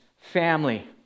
family